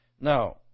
Now